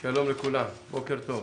שלום לכולם, בוקר טוב.